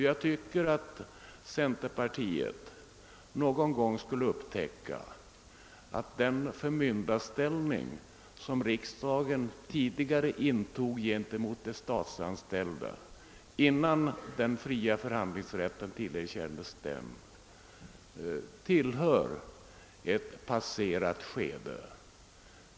Jag tycker att centerpartiet någon gång borde upptäcka att den förmyndarställning som riksdagen tidigare intog gentemot de statsanställda — innan den fria förhandlingsrätten tillerkändes dem — tillhör ett passerat skede.